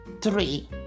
three